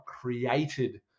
created